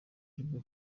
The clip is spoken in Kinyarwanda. aribwo